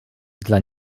dla